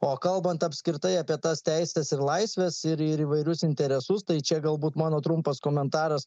o kalbant apskritai apie tas teises ir laisves ir ir įvairius interesus tai čia galbūt mano trumpas komentaras